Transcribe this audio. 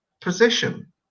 position